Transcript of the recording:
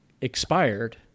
expired